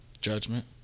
judgment